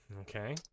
Okay